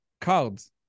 cards